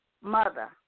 mother